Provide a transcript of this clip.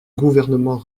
gouvernement